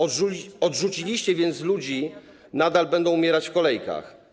Odrzuciliście więc ludzi - nadal będą umierać w kolejkach.